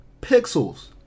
Pixels